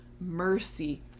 mercy